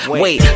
wait